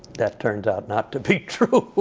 that turns out not to be true,